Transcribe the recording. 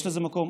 יש לזה מקום.